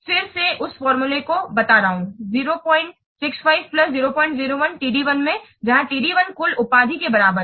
फिर से उस फार्मूला को बता रहा हु 065 001 TDI में जहां TDI कुल उपाधि के बराबर है